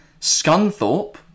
Scunthorpe